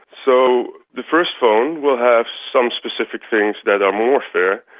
so the first phone will have some specific things that are more fair,